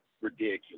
ridiculous